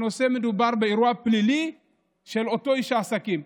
מדובר באירוע פלילי של אותו איש עסקים.